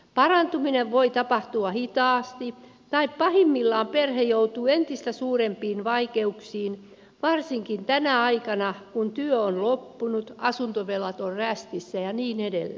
parantuminen voi tapahtua hitaasti tai pahimmillaan perhe joutuu entistä suurempiin vaikeuksiin varsinkin tänä aikana kun työ on loppunut asuntovelat ovat rästissä ja niin edelleen